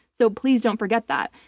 so please don't forget that.